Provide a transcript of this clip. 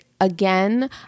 again